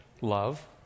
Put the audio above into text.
Love